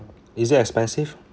is it expensive